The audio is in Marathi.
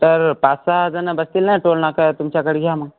तर पाच सहा जण बसतील ना टोल नाका तुमच्याकडे घ्या मग